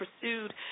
pursued